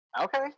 Okay